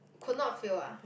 could not fail ah